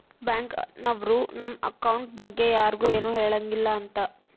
bank ನವ್ರು ನಮ್ account ಬಗ್ಗೆ ಯರ್ಗು ಎನು ಹೆಳಂಗಿಲ್ಲ ಅಂತ